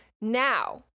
now